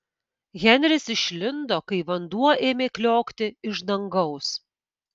henris išlindo kai vanduo ėmė kliokti iš dangaus